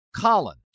Colin